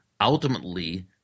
ultimately